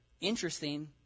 interesting